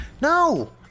No